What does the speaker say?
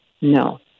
No